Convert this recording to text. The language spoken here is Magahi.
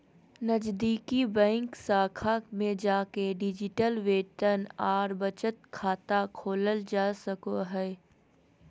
नजीदीकि बैंक शाखा में जाके डिजिटल वेतन आर बचत खाता खोलल जा सको हय